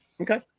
okay